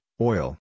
Oil